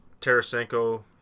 Tarasenko